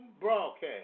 broadcast